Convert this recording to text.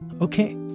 Okay